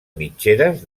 mitgeres